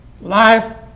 life